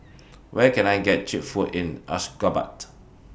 Where Can I get Cheap Food in Ashgabat